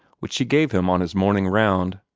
which she gave him on his morning round.